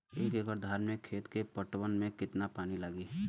एक एकड़ धान के खेत के पटवन मे कितना पानी लागि?